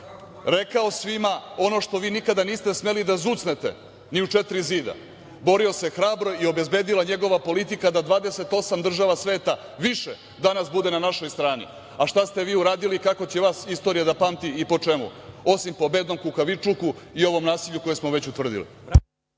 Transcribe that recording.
Rekao svima ono što vi nikada niste smeli da zucnete ni u četiri zida. Borio se hrabro i obedila njegova politika da 28 država sveta, više, danas bude na našoj strani. Šta ste vi uradili, kako će vas istorija da pamti i po čemu, osim po bednom kukavičluku i ovom nasilju koje smo već utvrdili?